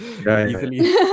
easily